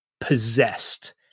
possessed